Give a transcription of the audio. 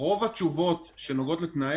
רוב התשובות ממשרד הבריאות שנוגעות לתנאי